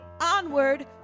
onward